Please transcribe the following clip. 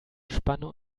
spanne